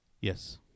Yes